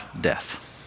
death